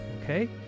okay